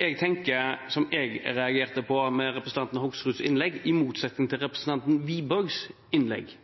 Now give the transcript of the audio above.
jeg reagerte på i representanten Hoksruds innlegg, i motsetning til representanten Wiborgs innlegg,